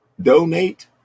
donate